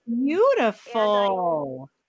beautiful